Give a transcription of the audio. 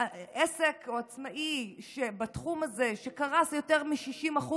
עסק או עצמאי בתחום הזה שקרס יותר מ-60%